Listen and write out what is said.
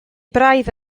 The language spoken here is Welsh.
braidd